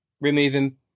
removing